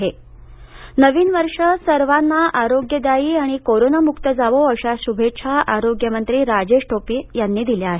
स नवीन वर्ष सर्वांना आरोग्यदायी आणि कोरोनामुक जावो अशा शुभेच्छा आरोग्यमंत्री राजेश टोपे यांनी दिल्या आहेत